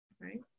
right